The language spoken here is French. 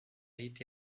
été